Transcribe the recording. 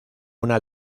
una